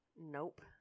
Nope